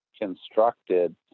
constructed